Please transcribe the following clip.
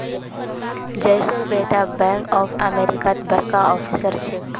जयेशेर बेटा bank of अमेरिकात बड़का ऑफिसर छेक